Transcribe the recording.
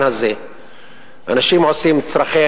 ראה,